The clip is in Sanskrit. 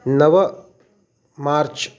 नव मार्च्